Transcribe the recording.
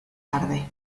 tarde